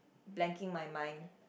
blanking my mind